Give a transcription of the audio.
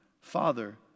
Father